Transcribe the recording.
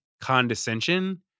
condescension